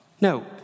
No